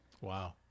Wow